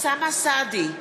אוסאמה סעדי,